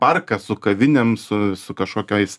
parką su kavinėm su su kažkokiais